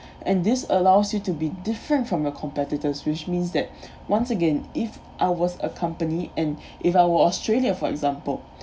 and this allows you to be different from your competitors which means that once again if I was a company and if I were a australia for example